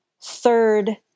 third